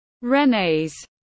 Rene's